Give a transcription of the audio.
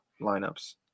lineups